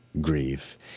grief